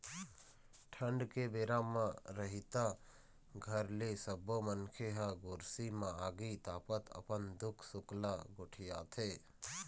ठंड के बेरा म रतिहा घर के सब्बो मनखे ह गोरसी म आगी तापत अपन दुख सुख ल गोठियाथे